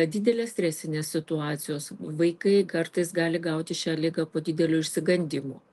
didelės stresinės situacijos vaikai kartais gali gauti šią ligą po didelių išsigandimų